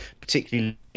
particularly